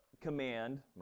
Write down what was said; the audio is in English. command